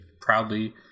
proudly